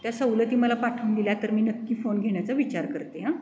त्या सवलती मला पाठवून दिल्या तर मी नक्की फोन घेण्याचा विचार करते हां